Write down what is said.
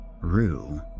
rue